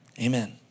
Amen